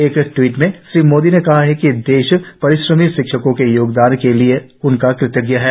एक ट्वीट में श्री मोदी ने कहा है कि देश परिश्रमी शिक्षकों के योगदान के लिए उनका कृतज्ञ है